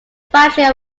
factory